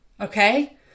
okay